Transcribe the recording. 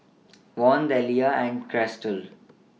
Von Deliah and Chrystal